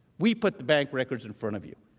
we put the bank records in front of you.